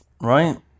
Right